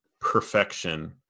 perfection